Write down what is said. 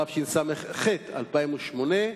התשס"ט 2008,